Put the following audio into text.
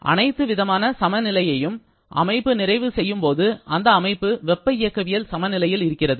அனைத்து விதமான சமநிலைகளையும் அமைப்பு நிறைவு செய்யும்போது அந்த அமைப்பு வெப்ப இயக்கவியல் சமநிலையில் இருக்கிறது